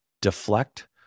deflect